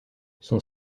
son